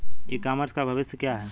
ई commerce का भविष्य क्या है?